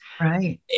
Right